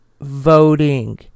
voting